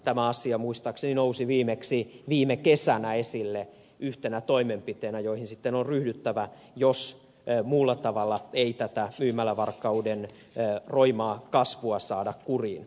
tämä asia muistaakseni nousi viimeksi viime kesänä esille yhtenä toimenpiteenä joihin sitten on ryhdyttävä jos muulla tavalla ei tätä myymälävarkauden roimaa kasvua saada kuriin